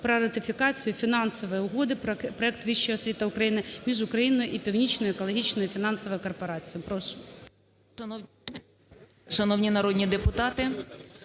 про ратифікацію Фінансової угоди (Проект "Вища освіта України") між Україною і Північною екологічною фінансовою корпорацією, прошу.